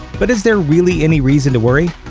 but is there really any reason to worry?